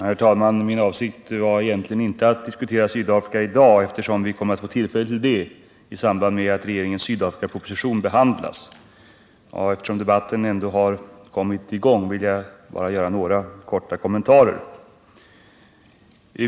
Herr talman! Min avsikt var egentligen inte att diskutera Sydafrika i dag, eftersom vi kommer att få tillfälle till det i samband med att regeringens Sydafrikaproposition behandlas. När debatten ändå har kommit i gång vill jag bara göra några korta kommentarer.